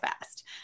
fast